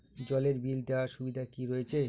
জলের বিল দেওয়ার সুবিধা কি রয়েছে?